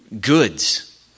goods